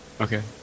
Okay